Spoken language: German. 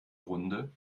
runde